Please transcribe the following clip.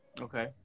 Okay